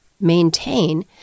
maintain